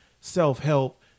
self-help